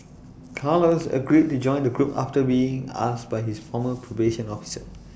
Carlos agreed to join the group after being asked by his former probation officer